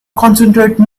concentrate